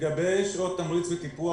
לגבי שעות תמריץ וטיפוח,